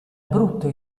brutto